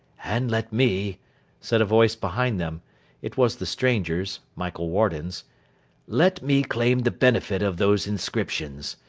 and let me said a voice behind them it was the stranger's michael warden's let me claim the benefit of those inscriptions.